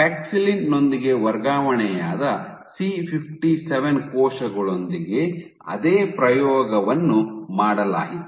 paxillin ನೊಂದಿಗೆ ವರ್ಗಾವಣೆಯಾದ C57 ಕೋಶಗಳೊಂದಿಗೆ ಅದೇ ಪ್ರಯೋಗವನ್ನು ಮಾಡಲಾಯಿತು